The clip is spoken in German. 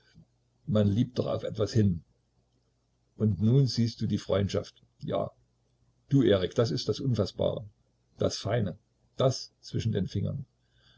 man liebt doch auf etwas hin und nun siehst du die freundschaft ja du erik das ist das unfaßbare das feine das zwischen den fingern